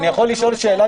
אני יכול לשאול שאלה?